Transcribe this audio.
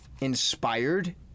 inspired